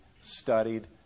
studied